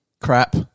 Crap